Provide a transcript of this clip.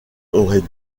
aurait